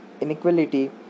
inequality